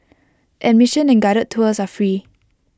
admission and guided tours are free